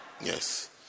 yes